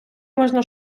можна